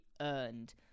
earned